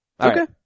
Okay